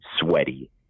sweaty